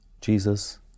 Jesus